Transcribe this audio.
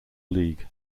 league